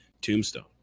Tombstone